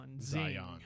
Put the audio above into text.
Zion